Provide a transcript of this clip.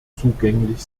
zugänglich